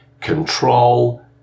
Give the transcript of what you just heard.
control